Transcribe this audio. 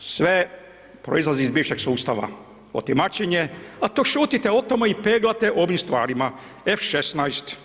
Sve proizlazi iz bivšeg sustava, otimačenje, a to šutite o tome i peglate ovim stvarima F16.